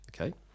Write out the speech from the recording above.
okay